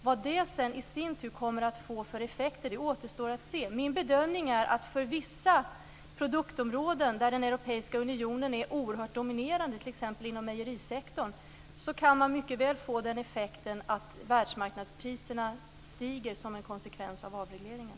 Vad det sedan i sin tur kommer att få för effekter återstår att se. Min bedömning är att det för vissa produktområden, där den europeiska unionen är oerhört dominerande, t.ex. inom mejerisektorn, kan man mycket väl få den effekten att världsmarknadspriserna stiger som en konsekvens av avregleringen.